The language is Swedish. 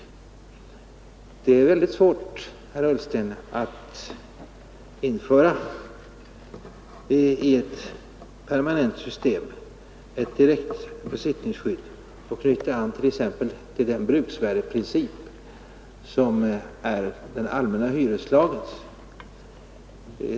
Det är svårt, herr Ullsten, att i ett permanent system införa ett direkt besittningsskydd och knyta an till den bruksvärdeprincip som är den allmänna hyreslagens.